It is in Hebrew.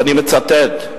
ואני מצטט,